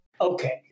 Okay